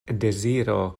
deziro